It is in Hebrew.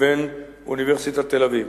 לבין אוניברסיטת תל-אביב.